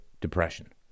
depression